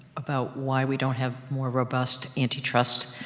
about why we don't have more robust antitrust,